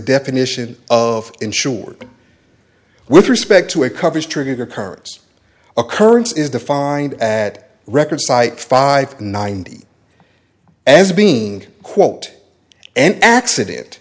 definition of insured with respect to a coverage trigger currents occurrence is defined add record site five ninety as being quote an accident